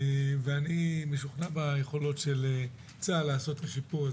אני משוכנע ביכולות של צה"ל לעשות את השיפור הזה.